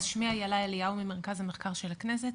אז שמי אילה אליהו ממרכז המחקר של הכנסת.